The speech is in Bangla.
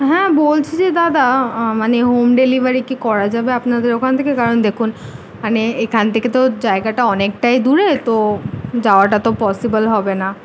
হ্যাঁ বলছি যে দাদা মানে হোম ডেলিভারি কি করা যাবে আপনাদের ওখান থেকে কারণ দেখুন মানে এখান থেকে তো জায়গাটা অনেকটাই দূরে তো যাওয়াটা তো পসিবল হবে না